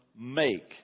make